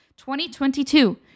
2022